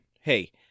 Hey